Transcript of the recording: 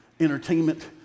Entertainment